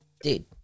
Dude